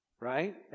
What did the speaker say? right